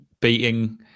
beating